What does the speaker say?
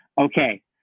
Okay